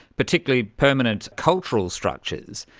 particularly permanent cultural structures.